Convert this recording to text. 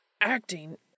Acting